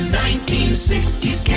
1960s